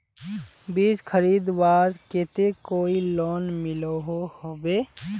बीज खरीदवार केते कोई लोन मिलोहो होबे?